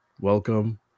welcome